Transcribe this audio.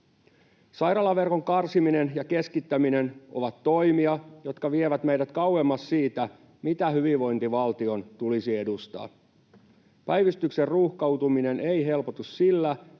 Sairaalaverkon karsiminen ja keskittäminen ovat toimia, jotka vievät meidät kauemmas siitä, mitä hyvinvointivaltion tulisi edustaa. Päivystyksen ruuhkautuminen ei helpotu sillä,